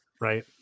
right